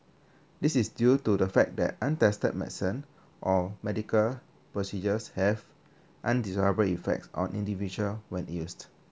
this is due to the fact that untested medicine or medical procedures have undesirable effects on individual when used